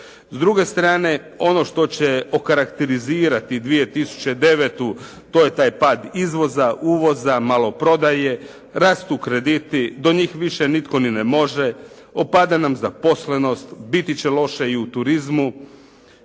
S druge strane, ono što će okarakterizirati 2009. to je taj pad izvoza, uvoza, maloprodaje, rastu krediti, do njih više nitko ni ne može, opada nam zaposlenost, biti će loše i u turizmu,